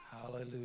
Hallelujah